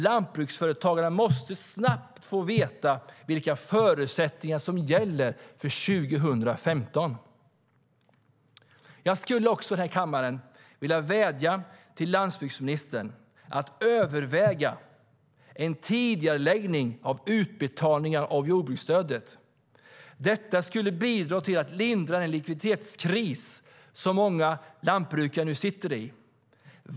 Lantbruksföretagarna måste snabbt få veta vilka förutsättningar som gäller för 2015.Jag skulle i den här kammaren också vilja vädja till landsbygdsministern att överväga en tidigareläggning av utbetalningar av jordbruksstödet. Det skulle bidra till att lindra den likviditetskris som många lantbrukare nu sitter i.